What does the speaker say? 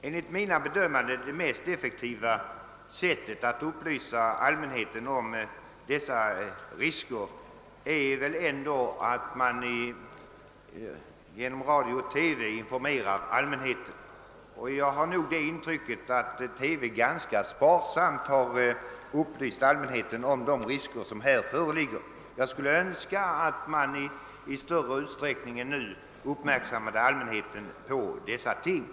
Enligt mitt bedömande är det effektivaste sättet att upplysa allmänheten om dessa risker att lämna information genom radio och TV. Jag har det intrycket att man genom TV ganska sparsamt har upplyst allmänheten om de risker som härvidlag föreligger. Jag skulle önska att man i större utsträckning än nu uppmärksammade allmänheten på dessa risker.